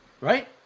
Right